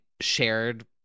shared